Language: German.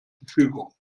verfügung